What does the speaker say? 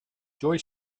joy